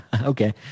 Okay